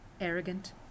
arrogant